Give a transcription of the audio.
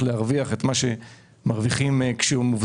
להרוויח את מה שהוא הרוויח כמובטל,